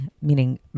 meaning